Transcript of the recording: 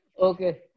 okay